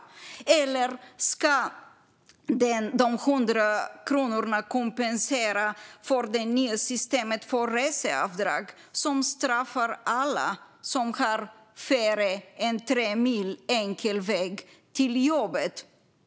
Eller ska de 100 kronorna kompensera för det nya systemet för reseavdrag, som straffar alla som har mindre än tre mil till jobbet enkel väg?